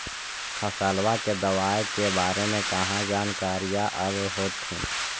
फसलबा के दबायें के बारे मे कहा जानकारीया आब होतीन?